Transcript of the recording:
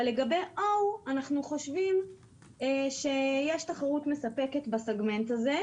לגביO אנחנו חושבים שיש תחרות מספקת בסגמנט הזה.